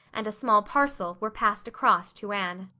and a small parcel were passed across to anne.